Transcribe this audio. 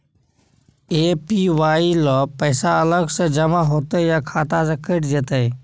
APY ल पैसा अलग स जमा होतै या खाता स कैट जेतै?